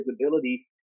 visibility